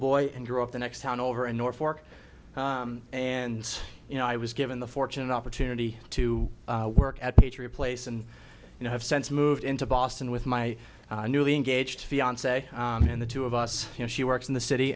boy and grew up the next town over in north fork and you know i was given the fortune and opportunity to work at patriot place and you know have since moved into boston with my newly engaged fiance and the two of us you know she works in the city